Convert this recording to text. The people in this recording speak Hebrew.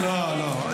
לא, לא.